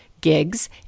Gigs